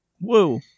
woo